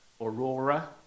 Aurora